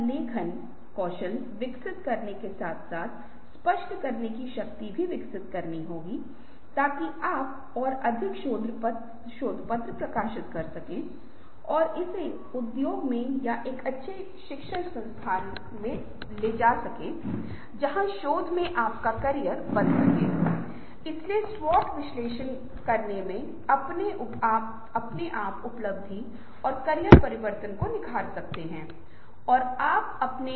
यह पहले और दूसरे व्यक्ति या तीसरे व्यक्ति के उत्तर के दौरान हो सकता है मैं इसे कहां उपयोग कर सकता हूं पांच और छह फिर से खेलना कर सकते हैं जैसे कि आप यह भी टैग कर सकते हैं कि कब मैं इसका उपयोग कर सकता हूं